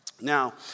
Now